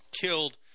killed